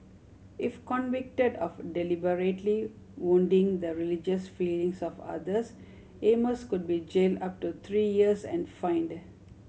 if convicted of deliberately wounding the religious feelings of others Amos could be jailed up to three years and fined